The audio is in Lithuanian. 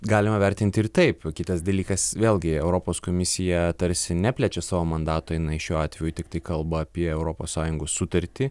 galima vertinti ir taip kitas dalykas vėlgi europos komisija tarsi neplečia savo mandato jinai šiuo atveju tiktai kalba apie europos sąjungos sutartį